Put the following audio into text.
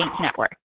network